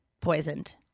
Poisoned